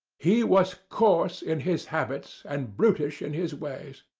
he was coarse in his habits and brutish in his ways.